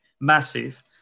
Massive